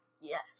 Yes